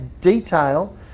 detail